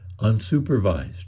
unsupervised